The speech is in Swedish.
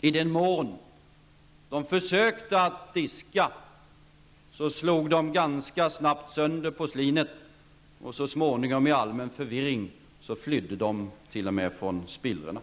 I den mån socialdemokraterna försökte diska slog de ganska snabbt sönder porslinet, och så småningom flydde de t.o.m. från spillrorna i allmän förvirring.